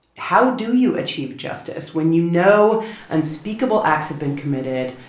how do you achieve justice when you know unspeakable acts have been committed,